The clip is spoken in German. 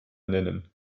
nennen